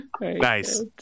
nice